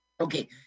Okay